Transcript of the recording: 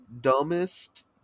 dumbest